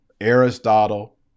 Aristotle